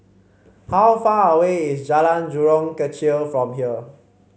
how far away is Jalan Jurong Kechil from here